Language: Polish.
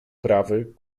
prawy